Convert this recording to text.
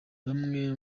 bamwe